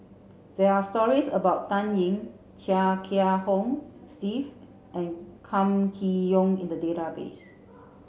there are stories about Dan Ying Chia Kiah Hong Steve and Kam Kee Yong in the database